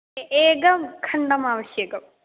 एकं खण्डमावश्यकम्